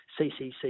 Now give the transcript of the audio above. CCC